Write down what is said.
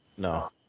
No